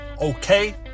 okay